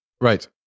Right